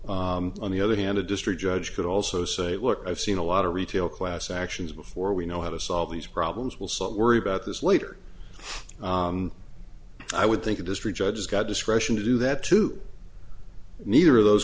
think on the other hand a district judge could also say look i've seen a lot of retail class actions before we know how to solve these problems will so worry about this later i would think a district judge has got discretion to do that too neither of those